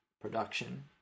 production